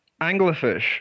Anglerfish